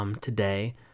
today